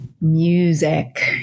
music